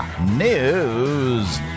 news